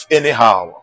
anyhow